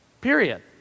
period